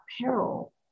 peril